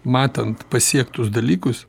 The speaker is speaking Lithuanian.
matant pasiektus dalykus